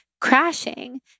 crashing